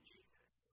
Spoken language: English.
Jesus